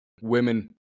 women